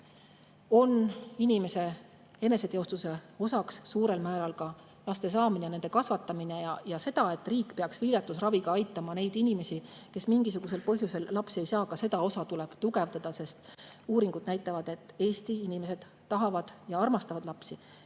on inimese eneseteostuse osaks suurel määral ka laste saamine ja nende kasvatamine. Ka seda, et riik peaks viljatusraviga aitama neid inimesi, kes mingisugusel põhjusel lapsi ei saa, tuleb tugevdada. Uuringud näitavad, et Eesti inimesed tahavad ja armastavad lapsi.